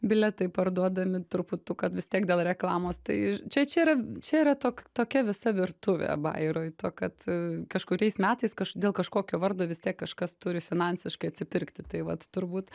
bilietai parduodami truputuką vis tiek dėl reklamos tai ž čia čia yra čia yra tok tokia visa virtuvė bairoj to kad kažkuriais metais kaž dėl kažkokio vardo vis tiek kažkas turi finansiškai atsipirkti tai vat turbūt